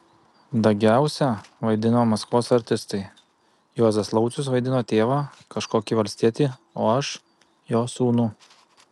dagiausia vaidino maskvos artistai juozas laucius vaidino tėvą kažkokį valstietį o aš jo sūnų